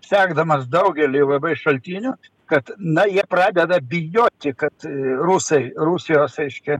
sekdamas daugeliui labai šaltinių kad na jie pradeda bijoti kad rusai rusijos reiškia